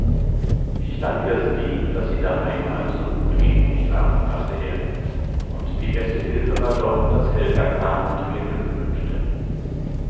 ich danke es dem daß sie daheim alle so gut gegen mich waren dachte er und die beste hilfe war doch daß helga kam und mir glück wünschte